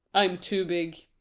i'm too big.